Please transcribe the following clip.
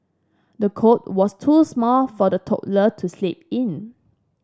the cot was too small for the toddler to sleep in